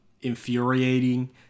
infuriating